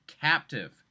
captive